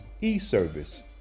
e-service